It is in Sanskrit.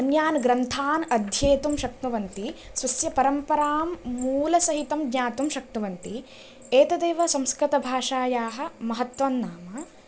अन्यान् ग्रन्थान् अध्येतुं शक्नुवन्ति स्वस्य परम्परां मूलसहितं ज्ञातुं शक्नुवन्ति एतदेव संस्कृतभाषायाः महत्त्वं नाम